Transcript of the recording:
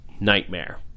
nightmare